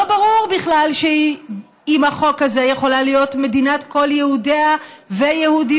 ברור בכלל שהיא עם החוק הזה יכולה להיות מדינת כל יהודיה ויהודיותיה.